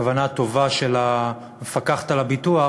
למרות הכוונה הטובה של המפקחת על הביטוח,